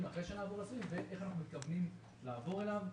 אחרי שנעבור לסיבים ואיך אנחנו מתכוונים לעבור אליו.